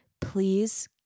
Please